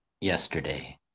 yesterday